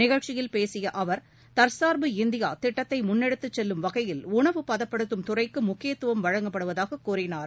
நிகழ்ச்சியில் பேசிய அவர் தற்சார்பு இந்தியா திட்டத்தை முன்னெடுத்துச் செல்லும் வகையில் உணவு பதப்படுத்தும் துறைக்கு முக்கியத்துவம் வழங்கப்படுவதாக கூறினார்